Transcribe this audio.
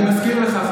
אני מזכיר לך,